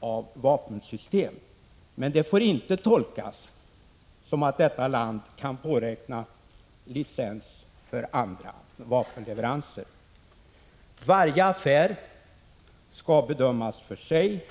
av vapensystem. Det får dock inte tolkas som att detta land kan påräkna licens för andra vapenleveranser. Varje affär skall bedömas för sig.